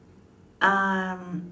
um